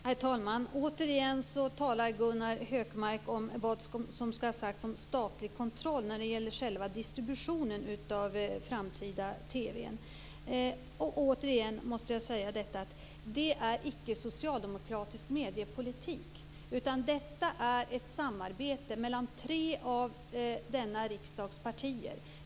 Herr talman! Återigen talar Gunnar Hökmark om statlig kontroll av själva distributionen av den framtida TV:n. Återigen måste jag säga att detta inte är socialdemokratisk mediepolitik, utan ett samarbete mellan tre av denna riksdags partier.